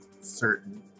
certain